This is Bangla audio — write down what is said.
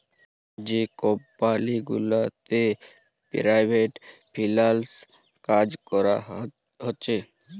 যে কমপালি গুলাতে পেরাইভেট ফিল্যাল্স কাজ ক্যরা হছে